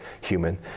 human